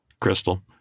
crystal